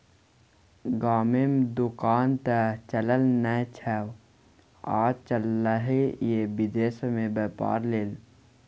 गाममे दोकान त चलय नै छौ आ चललही ये विदेश मे बेपार लेल